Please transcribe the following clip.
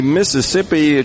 Mississippi